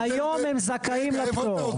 אבל היום הם זכאים לפטור.